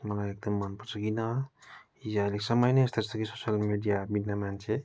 मलाई एकदम मनपर्छ किन यो अहिले समय नै यस्तो छ कि सोसियल मिडियाबिना मान्छे